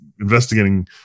investigating